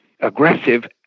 aggressive